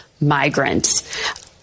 migrants